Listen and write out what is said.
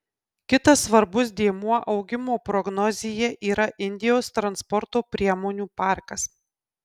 kitas svarbus dėmuo augimo prognozėje yra indijos transporto priemonių parkas